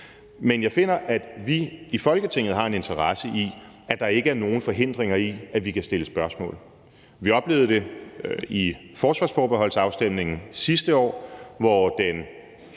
men jeg finder, at vi i Folketinget har en interesse i, at der ikke er nogen forhindringer for, at vi kan stille spørgsmål. Vi oplevede det i forsvarsforbeholdsafstemningen sidste år, hvor den